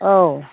औ